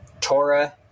Torah